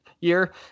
year